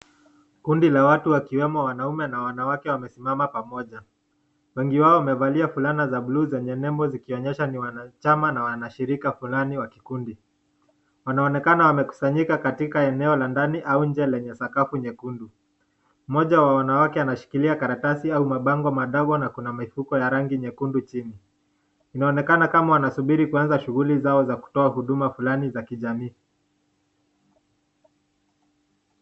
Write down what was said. Kundi la watu Wakiwemo wanawake na Wanaume wakiwa wamesimama pamoja . Wengi wao wamevalia vulana za buluu zenye nebo zikionesha ni wanachama ama wanashrika Fulani wa kikundi . Wanaonekana wamekusanyika katika eneo la ndani au nje yenye sakafu nyekundu . Mmoja ya wanawake anashikilia karatisi au mapango madogo na Kuna mifuko ya rangi nyekundu chini . Inaonekana kama wanasubiri shughuli zao za kutoa huduma Fulani za kijamii.